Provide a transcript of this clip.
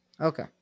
Okay